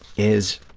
is,